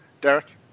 Derek